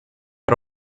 hat